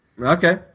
Okay